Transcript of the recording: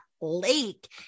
lake